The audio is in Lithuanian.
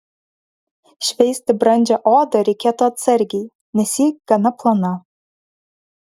šveisti brandžią odą reikėtų atsargiai nes ji gana plona